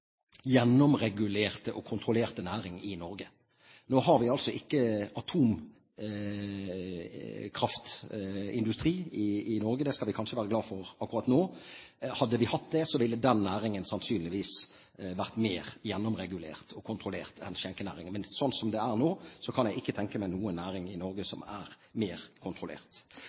og kontrollerte næringen i Norge. Nå har vi altså ikke atomkraftindustri i Norge, og det skal vi kanskje være glad for akkurat nå. Hadde vi hatt det, ville den næringen sannsynligvis vært mer gjennomregulert og kontrollert enn skjenkenæringen. Men sånn som det er nå, kan jeg ikke tenke meg noen næring i Norge som er mer kontrollert.